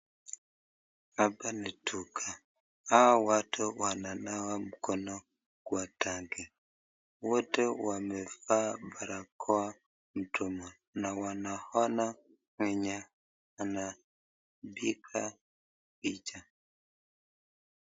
Hapa ni duka hawa watu wananawa mkono kwa tanki. Wote wamevaa barakoa mdomo na wanaona mwenye anapiga picha.